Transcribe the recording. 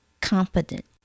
competent